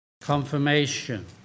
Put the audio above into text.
confirmation